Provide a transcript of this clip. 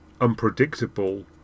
unpredictable